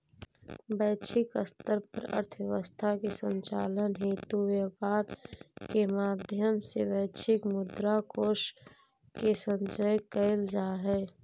वैश्विक स्तर पर अर्थव्यवस्था के संचालन हेतु व्यापार के माध्यम से वैश्विक मुद्रा कोष के संचय कैल जा हइ